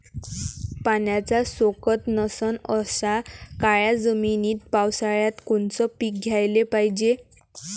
पाण्याचा सोकत नसन अशा काळ्या जमिनीत पावसाळ्यात कोनचं पीक घ्याले पायजे?